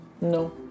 No